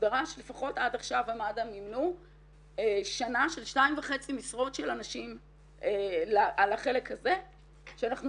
לפחות עד עכשיו ממד"א מימנה 2.5 משרות של אנשים על החלק הזה ואני